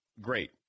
great